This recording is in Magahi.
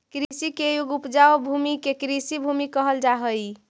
कृषि के योग्य उपजाऊ भूमि के कृषिभूमि कहल जा हई